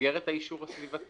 שבמסגרת האישור הסביבתי?